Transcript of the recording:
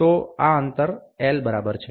તો આ અંતર L બરાબર છે